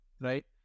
right